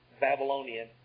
Babylonian